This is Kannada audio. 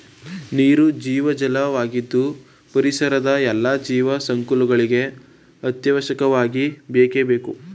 ನೀರು ಜೀವಜಲ ವಾಗಿದ್ದು ಪರಿಸರದ ಎಲ್ಲಾ ಜೀವ ಸಂಕುಲಗಳಿಗೂ ಅತ್ಯವಶ್ಯಕವಾಗಿ ಬೇಕೇ ಬೇಕು